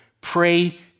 pray